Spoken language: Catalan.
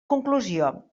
conclusió